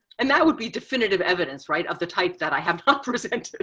and that would be definitive evidence right, of the type that i have not presented